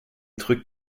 drückt